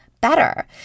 better